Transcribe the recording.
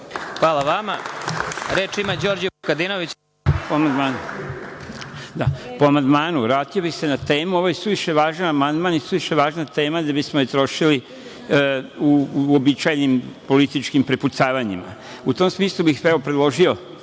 amandmanu. **Đorđe Vukadinović** Po amandmanu. Vratio bih se na temu. Ovo je suviše važan amandman i suviše važna tema da bismo je trošili uobičajen političkim prepucavanjima. U tom smislu bih predložio,